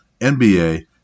NBA